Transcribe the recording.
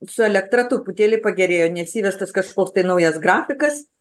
su elektra truputėlį pagerėjo nes įvestas kažkoks tai naujas grafikas